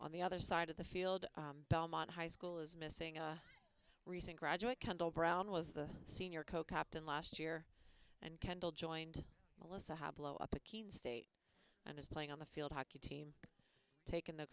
on the other side of the field belmont high school is missing a recent graduate candle brown was the senior co captain last year and kendall joined melissa have blow up a key state and is playing on the field hockey team take in the